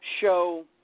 show